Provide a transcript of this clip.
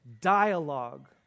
dialogue